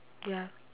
ya